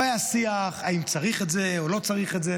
והיה שיח האם צריך את זה או לא צריך את זה,